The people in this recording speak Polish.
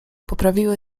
poprawiły